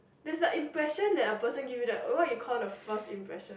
there's like impression that a person give you that a lot you call the first impression